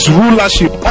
rulership